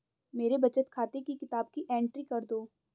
मेरे बचत खाते की किताब की एंट्री कर दो?